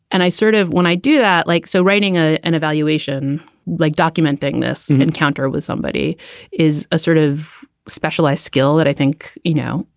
and i sort of when i do that, like so writing ah an evaluation like documenting this encounter with somebody is a sort of specialized skill that i think, you know,